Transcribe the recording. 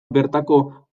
bertako